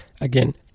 Again